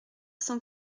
cent